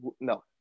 no